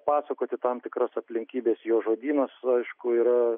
pasakoti tam tikras aplinkybes jo žodynas aišku yra